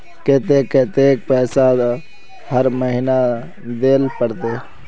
केते कतेक पैसा हर महीना देल पड़ते?